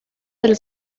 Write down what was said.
del